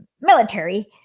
military